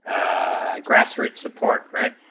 a grassroots support read